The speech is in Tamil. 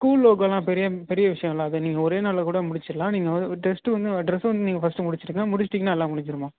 ஸ்கூல் லோகோலாம் பெரிய பெரிய விஷயம் இல்லை அதை நீங்கள் ஓரே நாளில் கூட முடிச்சிடலாம் நீங்கள் டெஸ்டு வந்து ட்ரெஸ்ஸை வந்து நீங்கள் ஃபஸ்டு முடிச்சிடுங்க முடிச்சுட்டிங்கனா எல்லாம் முடிஞ்சுடுமா